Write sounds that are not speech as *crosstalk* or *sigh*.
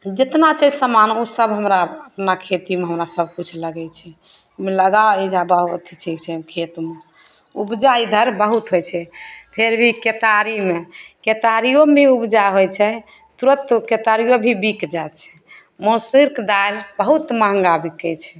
जितना छै समान ओ सभ हमरा अपना खेतीमे हमरा सभकिछु लगै छै लगा ओहिमे लगा अबै छी बहुत अथी छै तऽ *unintelligible* खेतमे उपजा इधर बहुत होइ छै फेर भी आओर केतारीमे केतारियोमे भी उपजा होइ छै तुरत ओ केतारियो भी बिक जाइ छै मौसरिक दालि बहुत महँगा बिकै छै